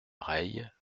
reille